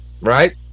Right